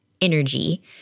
energy